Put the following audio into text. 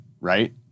right